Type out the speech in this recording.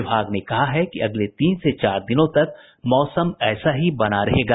विभाग ने कहा है कि अगले तीन से चार दिनों तक मौसम ऐसा ही बना रहेगा